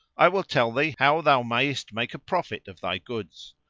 i will tell thee how thou mayest make a profit of thy goods.